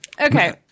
Okay